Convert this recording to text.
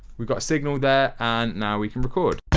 we got signal there and now we can record.